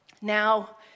Now